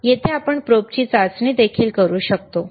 येथे आपण प्रोबची चाचणी देखील करू शकतो